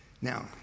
Now